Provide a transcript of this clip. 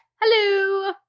Hello